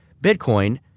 Bitcoin